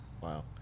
Wow